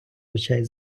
очей